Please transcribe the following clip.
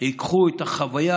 ייקחו את החוויה